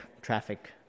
traffic